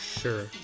Sure